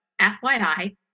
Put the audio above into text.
FYI